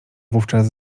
wówczas